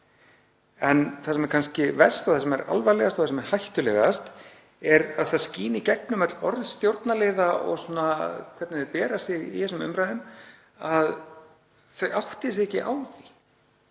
En það sem er kannski verst og það sem er alvarlegast og það sem er hættulegast er að það skín í gegnum öll orð stjórnarliða og hvernig þau bera sig í þessum umræðum að þau átta sig ekki á